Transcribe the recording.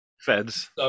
feds